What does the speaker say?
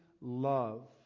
love